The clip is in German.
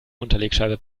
unterlegscheibe